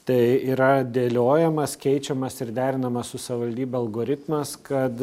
tai yra dėliojamas keičiamas ir derinamas su savivaldybe algoritmas kad